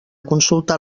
consultar